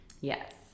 Yes